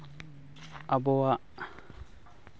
ᱟᱵᱚᱣᱟᱜ